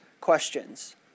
questions